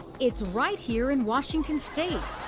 it's right here in washington state.